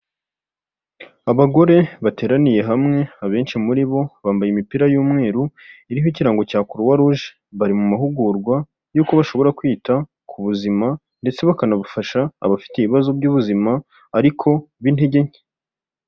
Abagore bateraniye hamwe abenshi muri bo bambaye imipira y'umweru, iriho ikirango cya kuruwaruje, bari mu mahugurwa yuko bashobora kwita ku buzima ndetse bakanabufasha abafite ibibazo by'ubuzima ariko b'intege nke.